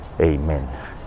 Amen